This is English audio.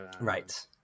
Right